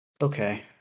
Okay